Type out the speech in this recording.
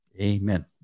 Amen